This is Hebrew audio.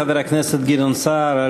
חבר הכנסת גדעון סער,